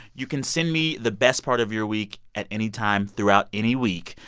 you can send me the best part of your week at any time throughout any week.